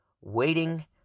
waiting